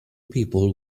people